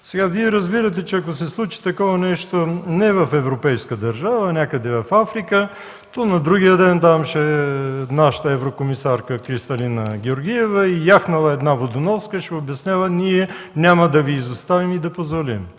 вода. Вие разбирате, че ако се случи такова нещо не в европейска държава, а някъде в Африка, то на другия ден там ще е нашата еврокомисарка Кристалина Георгиева. Яхнала една водоноска ще обяснява: „Ние няма да ви изоставим и да позволим.”